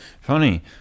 Funny